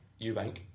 Eubank